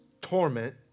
torment